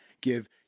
give